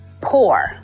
poor